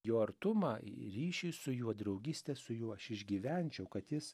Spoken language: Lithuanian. jo artumą ir ryšį su juo draugystę su juo aš išgyvenčiau kad jis